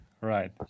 Right